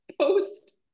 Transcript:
post